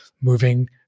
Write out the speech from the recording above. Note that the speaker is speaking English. moving